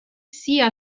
sia